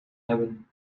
hebben